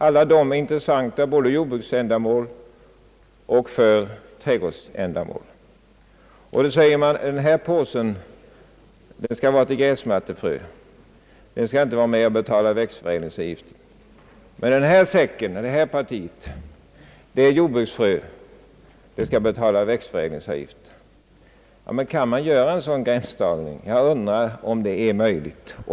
Alla dessa sorter är intressanta för både jordbruksändamål och trädgårdsändamål. Då säger man: Den här påsen innehåller gräsmattefrö och den skall inte vara med och betala växtförädlingsavgift, men det här partiet är jordbruksfrö, det skall betala växtförädlingsavgift. Jag undrar om det är möjligt att göra en sådan gränsdragning.